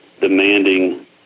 demanding